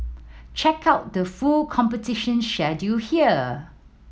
check out the full competition schedule here